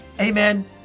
amen